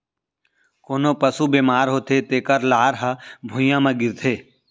कोनों पसु बेमार होथे तेकर लार ह भुइयां म गिरथे